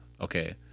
Okay